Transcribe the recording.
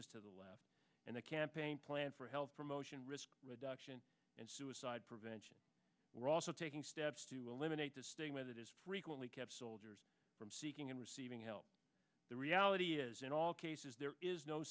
us to the left in the campaign plan for health promotion risk reduction and suicide prevention we're also taking steps to eliminate the stigma that is frequently kept soldiers from seeking and receiving help the reality is in all cases there is no